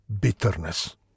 bitterness